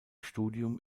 studium